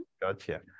gotcha